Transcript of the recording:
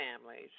families